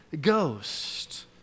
Ghost